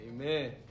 Amen